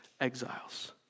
exiles